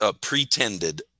pretended